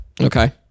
Okay